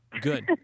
Good